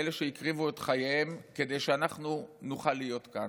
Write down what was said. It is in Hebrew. לאלה שהקריבו את חייהם כדי שאנחנו נוכל להיות כאן: